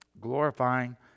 glorifying